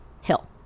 Hill